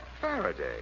Faraday